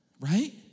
right